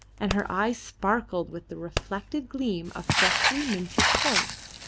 and her eyes sparkled with the reflected gleam of freshly minted coins.